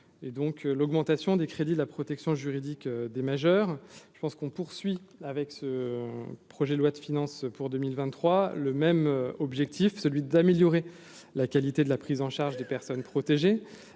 l'augmentation des crédits, la protection juridique des majeurs, je pense qu'on poursuit avec ce projet de loi de finances pour 2023 le même objectif, celui d'améliorer la qualité de la prise en charge des personnes protégées,